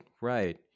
right